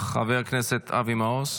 חבר הכנסת אבי מעוז,